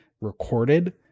recorded